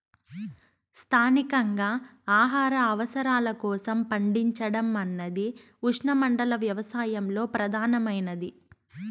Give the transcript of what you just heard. స్థానికంగా ఆహార అవసరాల కోసం పండించడం అన్నది ఉష్ణమండల వ్యవసాయంలో ప్రధానమైనది